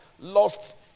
lost